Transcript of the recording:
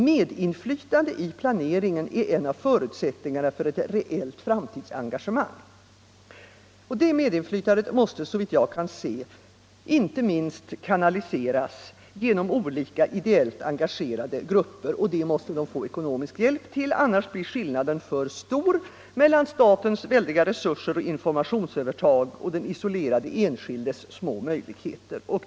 Medinflytande i planeringen är en av förutsättningarna för ett reellt framtidsengagemang.” Det medinflytandet måste, såvitt jag kan se, inte minst kanaliseras genom olika ideellt engagerade grupper. Härför behöver de ekonomisk hjälp; annars blir skillnaden för stor mellan statens väldiga resurser och informationsövertag och den isolerade enskildes små möjligheter.